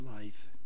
life